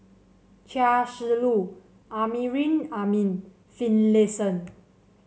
Chia Shi Lu Amrin Amin and Finlayson